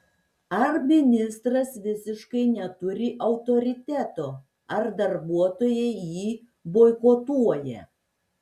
ar ministras visiškai neturi autoriteto ar darbuotojai jį boikotuoja